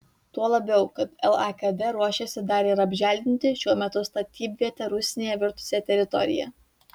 tuo labiau kad lakd ruošiasi dar ir apželdinti šiuo metu statybviete rusnėje virtusią teritoriją